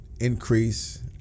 increase